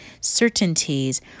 certainties